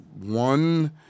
one